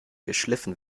geschliffen